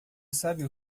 sabe